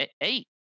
Eight